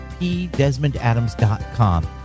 pdesmondadams.com